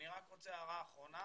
הערה אחרונה.